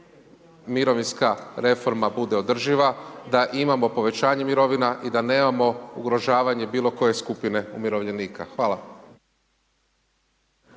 da mirovinska reforma bude održiva, da imamo povećanje mirovina i da nemamo ugrožavanje bilo koje skupine umirovljenika. Hvala.